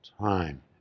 time